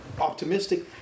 optimistic